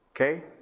Okay